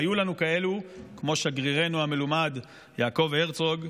והיו לנו כאלה, כמו שגרירנו המלומד יעקב הרצוג,